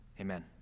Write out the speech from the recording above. amen